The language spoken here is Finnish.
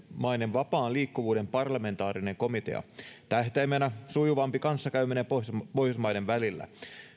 vapaan liikkuvuuden parlamentaarinen komitea tähtäimenään sujuvampi kanssakäyminen pohjoismaiden välillä